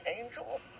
angel